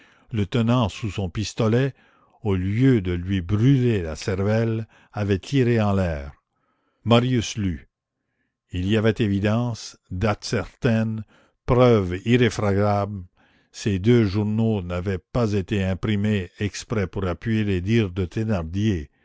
le tenant sous son pistolet au lieu de lui brûler la cervelle avait tiré en l'air marius lut il y avait évidence date certaine preuve irréfragable ces deux journaux n'avaient pas été imprimés exprès pour appuyer les dires de thénardier